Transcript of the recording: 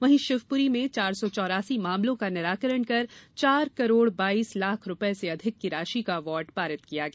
वहीं शिवपुरी में चार सौ चौरासी मामलों का निराकरण कर चार करोड़ बाइस लाख रुपये से अधिक की राशि का अवार्ड पारित किया गया